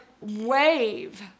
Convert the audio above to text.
wave